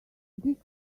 this